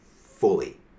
fully